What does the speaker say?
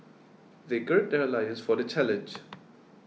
they gird their loins for the challenge